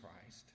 christ